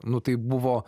nu tai buvo